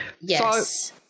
Yes